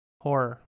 horror